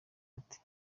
ati